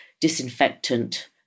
disinfectant